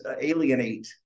alienate